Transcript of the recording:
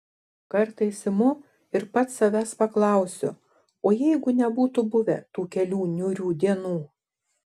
kartais imu ir pats savęs paklausiu o jeigu nebūtų buvę tų kelių niūrių dienų